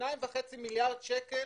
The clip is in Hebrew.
שניים וחצי מיליארד שקל